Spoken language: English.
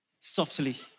softly